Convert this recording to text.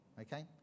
Okay